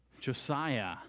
Josiah